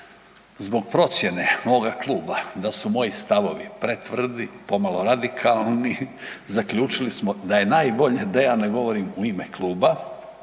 zbog procijene moga kluba da su moji stavovi pretvrdi, pomalo preradikalni, zaključili smo da je najbolje da ja ne govorim u ime kluba,